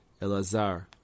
Elazar